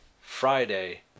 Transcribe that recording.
Friday